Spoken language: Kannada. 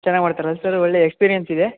ಚೆನ್ನಾಗಿ ಮಾಡ್ತಾರಲ್ಲ ಸರ್ ಒಳ್ಳೆ ಎಕ್ಸ್ಪೀರಿಯನ್ಸ್ ಇದೆ